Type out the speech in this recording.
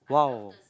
wow